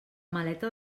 maleta